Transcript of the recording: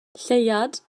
lleuad